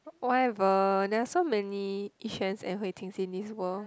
whatever there are so many Yi-Xuans and Hui-Tings in this world